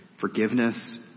forgiveness